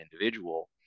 individual